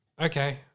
okay